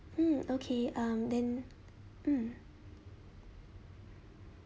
mm okay um then mm